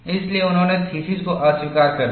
इसलिए उन्होंने थीसिस को अस्वीकार कर दिया